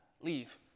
leave